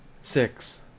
six